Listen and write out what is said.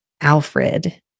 Alfred